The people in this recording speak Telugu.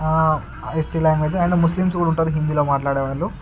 ఎస్టి లాంగ్వేజ్ అండ్ ముస్లిమ్స్ కూడా ఉంటారు హిందీలో మాట్లాడేవాళ్ళు